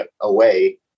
away